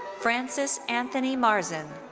francis anthony marzen.